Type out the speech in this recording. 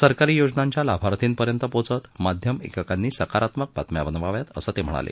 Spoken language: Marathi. सरकारी योजनांच्या लाभार्थीपर्यंत पोचत माध्यम एककांनी सकारात्मक बातम्या बनवाव्यात असं ते म्हणाले